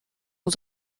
aux